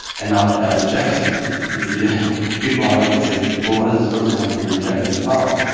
and now that rejection yeah people are right to say, well, what does this person have to be rejected about?